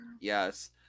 yes